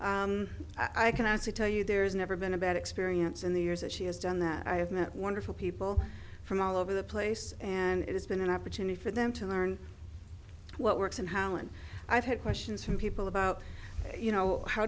i can actually tell you there's never been a bad experience in the years that she has done that i have met wonderful people from all over the place and it has been an opportunity for them to learn what works and how and i've had questions from people about you know how